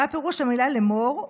מה פירוש המילה לאמור?